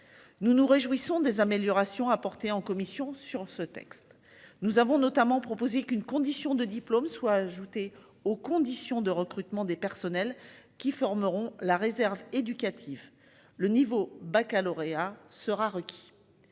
Nous nous réjouissons des améliorations apportées en commission sur ce texte. Nous avons notamment proposé qu'une condition de diplôme soit ajoutée aux conditions de recrutement des personnels qui formeront la réserve éducatif le niveau Baccalauréat sera requis.